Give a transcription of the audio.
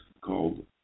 called